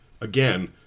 Again